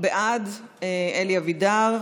חבר הכנסת אלי אבידר,